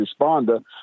responder